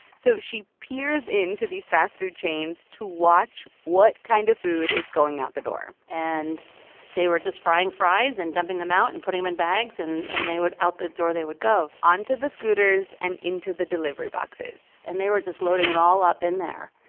so she peers into these fast-food chains to watch what kind of food is going out the door and they were just frying fries and dumping them out and putting them in bags, and and they would out the door they would go onto the scooters and into the delivery boxes and they were just loading it all up in there,